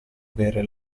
avere